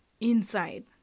inside